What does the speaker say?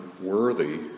worthy